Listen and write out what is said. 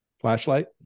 flashlight